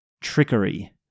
trickery